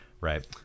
right